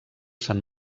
sant